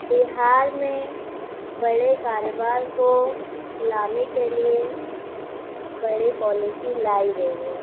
بہار میں بڑے کاروبار کو لانے کے لیے بڑے پالیسی لائی گئی ہے